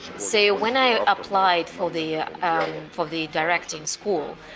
so when i applied for the ah for the directing school,